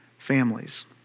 Families